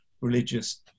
religious